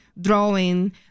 drawing